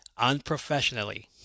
unprofessionally